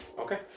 okay